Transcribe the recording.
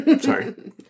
sorry